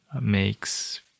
makes